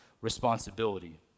responsibility